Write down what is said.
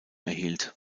erhielt